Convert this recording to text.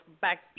back